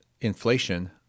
inflation